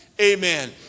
Amen